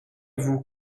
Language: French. vous